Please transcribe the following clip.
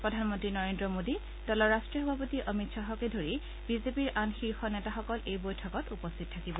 প্ৰধানমন্নী নৰেন্দ্ৰ মোদী দলৰ ৰাষ্টীয় সভাপতি অমিত খাহকে ধৰি বিজেপিৰ আন শীৰ্ষ নেতাসকল এই বৈঠকত উপস্থিত থাকিব